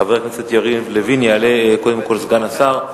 חבר הכנסת יריב לוין יעלה קודם כול סגן השר,